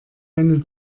einen